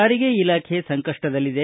ಸಾರಿಗೆ ಇಲಾಖೆ ಸಂಕಷ್ಟದಲ್ಲಿದೆ